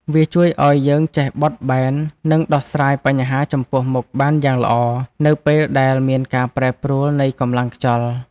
វាជួយឱ្យយើងចេះបត់បែន និងដោះស្រាយបញ្ហាចំពោះមុខបានយ៉ាងល្អ នៅពេលដែលមានការប្រែប្រួលនៃកម្លាំងខ្យល់។